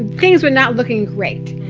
things were not looking great,